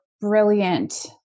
brilliant